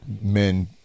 men